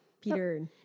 Peter